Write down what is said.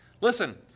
Listen